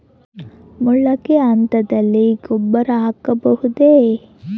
ಮೊಳಕೆ ಹಂತದಲ್ಲಿ ಗೊಬ್ಬರ ಹಾಕಬಹುದೇ?